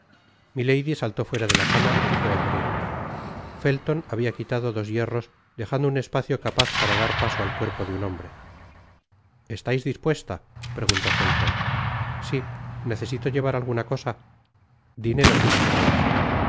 á ltamar milady saltó fuera de la cama y fué á abrir felton habia quitado dos hierros dejando un espacio capaz para dar paso al cuerpo de un hombre estais dispuesta preguntó felton si necesito llevar alguna cosa dinero si lo teneis